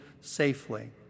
safely